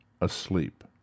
asleep